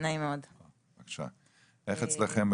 איך אצלכם,